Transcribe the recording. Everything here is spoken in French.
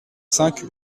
cinq